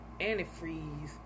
antifreeze